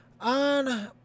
On